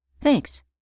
Thanks